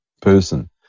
person